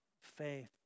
faith